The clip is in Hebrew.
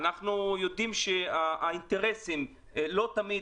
אנחנו יודעים שהאינטרסים לא תמיד,